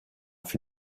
für